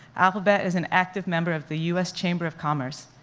alphabet is an active member of the u s. chamber of commerce,